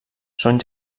són